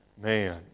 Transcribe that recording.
man